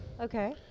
Okay